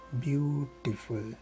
beautiful